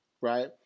Right